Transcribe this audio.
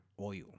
oil